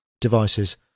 devices